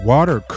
Water